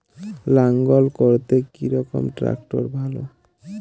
লাঙ্গল করতে কি রকম ট্রাকটার ভালো?